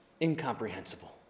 incomprehensible